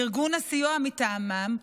ארגון הסיוע מטעמם,